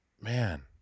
man